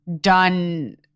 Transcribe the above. done